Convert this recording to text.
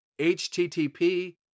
HTTP